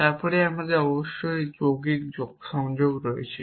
এবং তারপরে অবশ্যই আমাদের যৌক্তিক সংযোগ রয়েছে